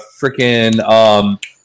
freaking